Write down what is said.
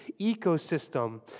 ecosystem